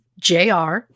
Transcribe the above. JR